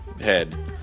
head